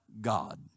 God